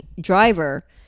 driver